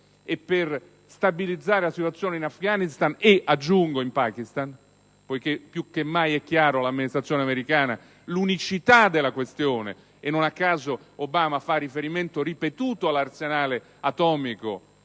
e per stabilizzare la situazione non solo in Afghanistan ma anche in Pakistan, poiché più che mai è chiara all'amministrazione americana l'unicità della questione. Non a caso, Obama fa riferimento ripetuto all'arsenale atomico